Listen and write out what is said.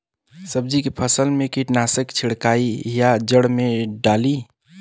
सब्जी के फसल मे कीटनाशक छिड़काई या जड़ मे डाली?